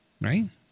Right